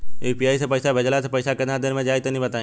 UPI से पईसा भेजलाऽ से पईसा केतना देर मे जाई तनि बताई?